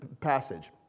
passage